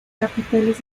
capiteles